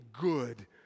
good